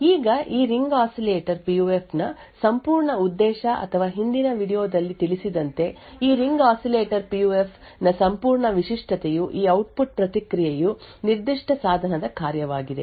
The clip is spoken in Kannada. ಈಗ ಈ ರಿಂಗ್ ಆಸಿಲೇಟರ್ ಪಿಯುಎಫ್ ನ ಸಂಪೂರ್ಣ ಉದ್ದೇಶ ಅಥವಾ ಹಿಂದಿನ ವೀಡಿಯೊ ದಲ್ಲಿ ತಿಳಿಸಿದಂತೆ ಈ ರಿಂಗ್ ಆಸಿಲೇಟರ್ ಪಿಯುಎಫ್ ನ ಸಂಪೂರ್ಣ ವಿಶಿಷ್ಟತೆಯು ಈ ಔಟ್ಪುಟ್ ಪ್ರತಿಕ್ರಿಯೆಯು ನಿರ್ದಿಷ್ಟ ಸಾಧನದ ಕಾರ್ಯವಾಗಿದೆ